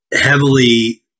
heavily